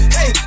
Hey